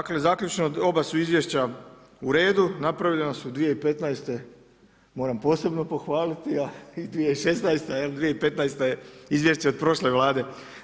Dakle zaključno, oba su izvješća u redu, napravljena su 2015., moram posebno pohvaliti a i 2016., 2015. je izvješće od prošle Vlade.